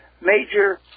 major